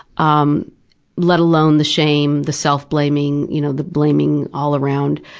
um let alone the shame, the self-blaming, you know the blaming all around,